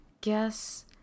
guess